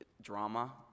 drama